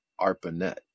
ARPANET